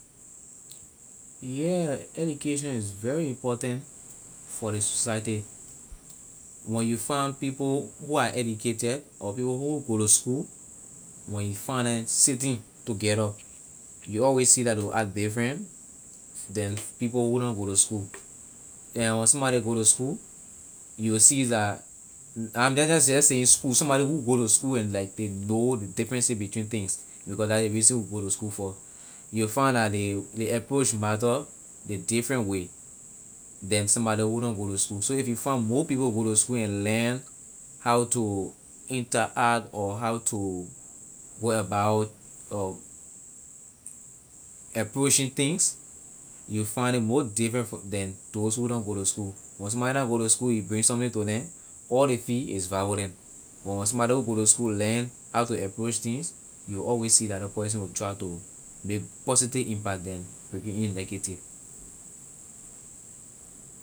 Yeah education is very important for ley society when you find people who are educated or who who go to school when you find neh sitting together you will always see that they will act different than people who na go to school and when somebody go to school you will see that am na just saying school somebody who go to school and like they know the differences between things because that ley reason we go to school for you find la ley ley approach matter ley different way than somebody who na go to school so if you find more people go to school and learn how to interact or how to go about approaching things you will find it more different than those who don't go to school when somebody na go to school you bring something to them all ley feel is violence but somebody who go to school learn how to approach things you will always see that la person will try to make positive impact than to be negative.